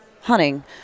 Hunting